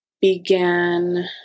began